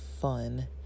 fun